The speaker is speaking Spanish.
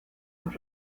los